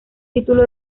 título